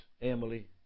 Emily